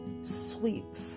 sweet